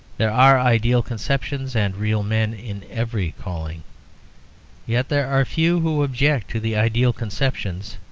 there are ideal conceptions and real men in every calling yet there are few who object to the ideal conceptions,